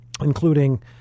including